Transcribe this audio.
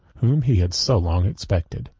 whom he had so long expected.